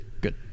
Good